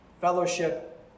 fellowship